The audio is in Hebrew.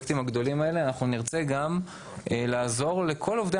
אנחנו נרצה גם לעזור לכל עובדי